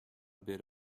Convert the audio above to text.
bit